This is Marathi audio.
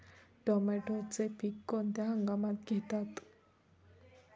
टोमॅटोचे पीक कोणत्या हंगामात घेतात?